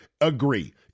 agree